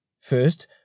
First